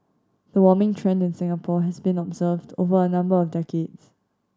the warming trend in Singapore has been observed over a number of decades